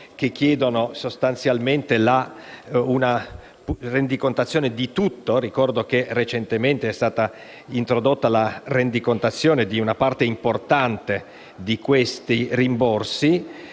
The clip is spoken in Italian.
G10 chiedono sostanzialmente una rendicontazione generale. Ricordo che recentemente è stata introdotta la rendicontazione di una parte importante di questi rimborsi